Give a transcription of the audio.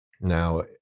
now